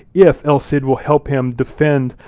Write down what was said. if el cid will help him defend